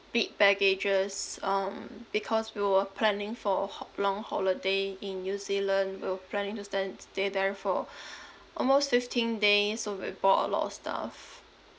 big baggages um because we were planning for a ho~ long holiday in new zealand we were planning to stan~ stay there for almost fifteen days so we brought a lot of stuff